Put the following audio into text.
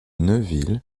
neuville